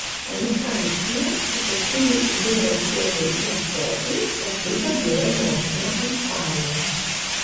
konstancija rūpestingai įbėrė sėklų į ąsotį paskui padėjo nosinę ant stalo